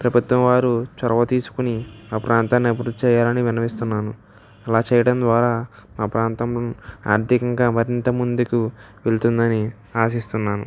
ప్రభుత్వం వారు చొరవ తీసుకుని ఆ ప్రాంతాన్ని అభివృద్ధి చెయ్యాలని విన్నవిస్తున్నాను అలా చెయ్యడం ద్వారా మా ప్రాంతం ఆర్థికంగా మరింత ముందుకు వెలుతుందని ఆశిస్తున్నాను